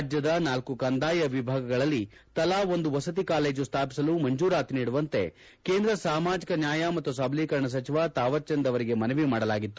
ರಾಜ್ಞದ ನಾಲ್ಕು ಕಂದಾಯ ವಿಭಾಗಗಳಲ್ಲಿ ತಲಾ ಒಂದು ವಸತಿ ಕಾಲೇಜು ಸ್ವಾಪಿಸಲು ಮಂಜೂರಾತಿ ನೀಡುವಂತೆ ಕೇಂದ್ರ ಸಾಮಾಜಿಕ ನ್ಯಾಯ ಮತ್ತು ಸಬಲೀಕರಣ ಸಚಿವ ತಾವರ್ ಚಂದ್ ಅವರಿಗೆ ಮನವಿ ಮಾಡಲಾಗಿತ್ತು